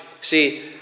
See